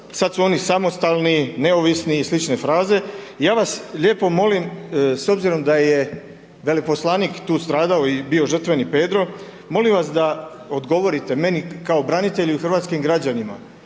sad su oni samostalni, neovisni i slične fraze, ja vas lijepo molim, s obzirom da je veleposlanik tu stradao i bio žrtveni Pedro, molim vas da odgovorite meni kao branitelju i hrvatskim građanima,